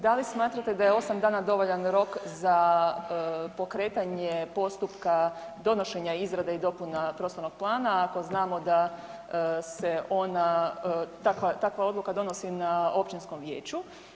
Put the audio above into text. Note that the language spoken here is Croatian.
Da li smatrate da je 8 dana dovoljan rok za pokretanje postupka donošenja izrade i dopuna prostornog plana ako znamo da se ona, takva odluka donosi na Općinskom vijeću?